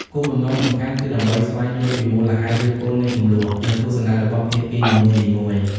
គោលបំណងសំខាន់គឺដើម្បីស្វែងយល់ពីមូលហេតុឫសគល់នៃជម្លោះ និងទស្សនៈរបស់ភាគីនីមួយៗ។